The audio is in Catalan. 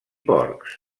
porcs